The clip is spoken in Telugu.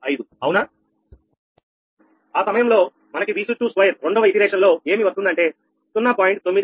04725 అవునా ఆ సమయంలో మనకి Vc22 రెండవ పునరావృతం లో ఏమి వస్తుందంటే0